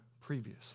previously